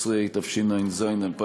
116), התשע"ז 2016,